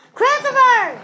Christopher